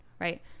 right